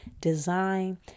design